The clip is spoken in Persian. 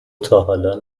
تاحالا